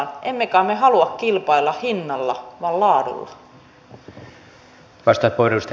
emme kai me halua kilpailla hinnalla vaan laadulla